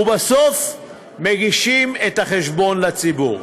ובסוף מגישים את החשבון לציבור.